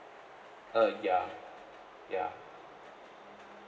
uh ya ya